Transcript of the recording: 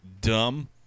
dumb